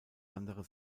andere